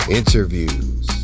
interviews